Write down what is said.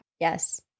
Yes